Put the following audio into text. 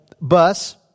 bus